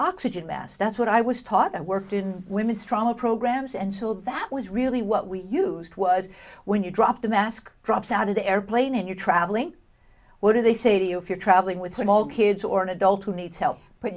oxygen mask that's what i was taught i worked in women's trauma programs and so that was really what we used was when you drop the mask drops out of the airplane and you're traveling what do they say to you if you're traveling with small kids or an adult who needs help put